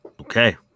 Okay